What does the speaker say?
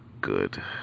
good